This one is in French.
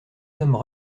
sommes